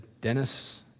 Dennis